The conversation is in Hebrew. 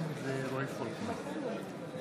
מזעזעים, חבל על הזמן.